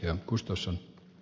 arvoisa puhemies